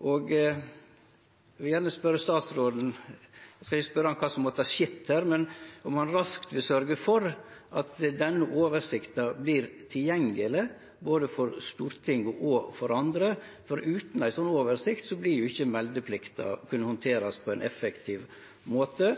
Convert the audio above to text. Eg vil gjerne spørje statsråden – eg skal ikkje spørje om kva som måtte ha skjedd her – om han raskt kan sørgje for at denne oversikta vert tilgjengeleg både for Stortinget og for andre, for utan ei slik oversikt vil ikkje meldeplikta kunne handterast på ein effektiv måte.